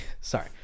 Sorry